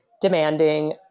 demanding